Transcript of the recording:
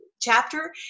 chapter